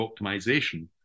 optimization